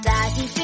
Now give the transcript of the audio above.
Daddy